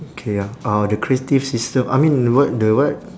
okay ya uh the creative system I mean what the what